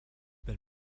been